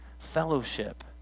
fellowship